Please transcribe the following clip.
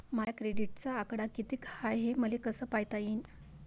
माया क्रेडिटचा आकडा कितीक हाय हे मले कस पायता येईन?